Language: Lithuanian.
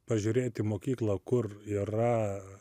pažiūrėt į mokyklą kur yra